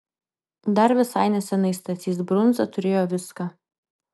dar visai neseniai stasys brundza turėjo viską